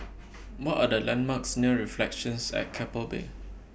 What Are The landmarks near Reflections At Keppel Bay